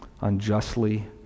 unjustly